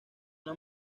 una